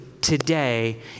today